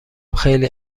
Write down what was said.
خیلی